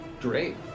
Great